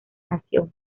nación